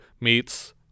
meets